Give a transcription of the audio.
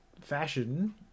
fashion